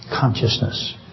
consciousness